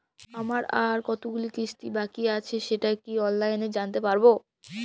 আমার আর কতগুলি কিস্তি বাকী আছে সেটা কি অনলাইনে জানতে পারব?